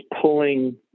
pulling